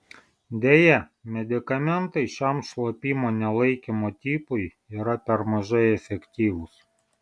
deja medikamentai šiam šlapimo nelaikymo tipui yra per mažai efektyvūs